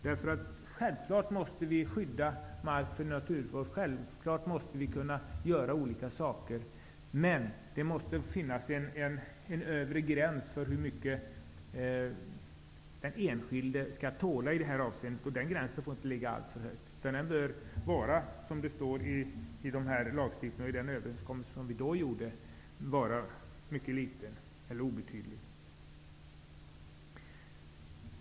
Det är självklart att vi måste skydda naturen och att vi måste kunna göra olika saker, men det måste finnas en övre gräns för hur mycket den enskilde skall tåla i detta avseende. Gränsen får inte ligga alltför högt utan bör, som det står i lagen och i den överenskommelse som vi då gjorde, vara mycket låg eller obetydlig.